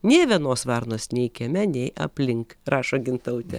nė vienos varnos nei kieme nei aplink rašo gintautė